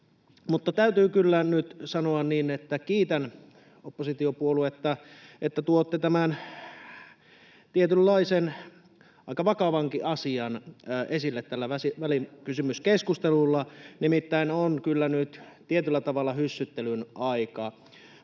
täytyy kyllä nyt sanoa niin, että kiitän oppositiopuolueita, että tuotte tämän tietynlaisen aika vakavankin asian esille tällä välikysymyskeskustelulla. [Petri Huru: Vielä kun hallitus tekisi jotain!]